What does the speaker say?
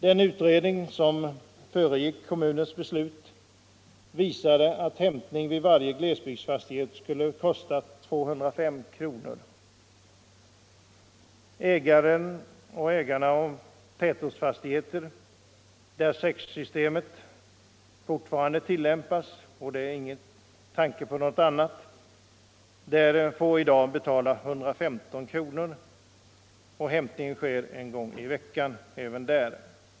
Den utredning som föregick kommunens beslut visade att hämtning vid varje glesbygdsfastighet skulle kostat 205 kronor. Ägare av tätortsfastighet, där säcksystemet fortfarande tillämpas — man har inte heller planer på någon annan ordning — får per år betala 115 kronor. Hämtning sker även där en gång i veckan.